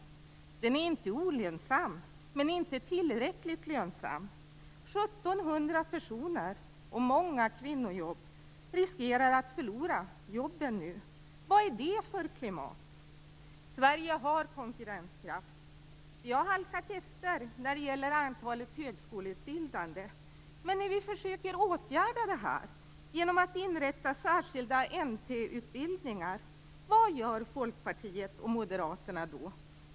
Den är inte olönsam, men inte tillräckligt lönsam. 1 700 personer, många kvinnor, riskerar att förlora jobben. Vad är det för klimat? Sverige har konkurrenskraft. Vi har halkat efter när det gäller antalet högskoleutbildade. Men vad gör Folkpartiet och Moderaterna när vi försöker åtgärda det genom att inrätta särskilda NT-utbildningar?